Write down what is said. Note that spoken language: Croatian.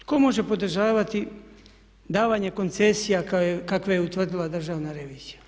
Tko može podržavati davanje koncesija kakve je utvrdila državna revizija?